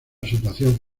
situación